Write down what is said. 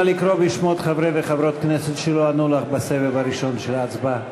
נא לקרוא בשמות חברי וחברות הכנסת שלא ענו לך בסבב הראשון של ההצבעה.